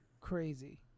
Crazy